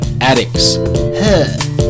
addicts